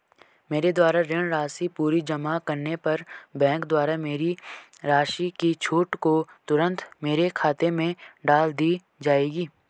मेरे द्वारा ऋण राशि पूरी जमा करने पर बैंक द्वारा मेरी राशि की छूट को तुरन्त मेरे खाते में डाल दी जायेगी?